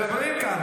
מדברים כאן.